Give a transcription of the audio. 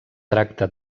tracta